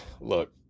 look